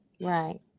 right